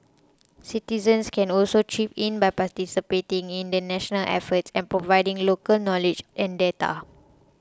citizens can also chip in by participating in the national effort and providing local knowledge and data